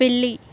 పిల్లి